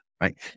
right